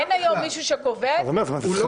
אין היום מישהו שקובע את זה?